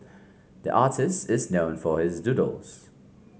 the artist is known for his doodles